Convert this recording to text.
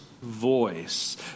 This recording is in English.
Voice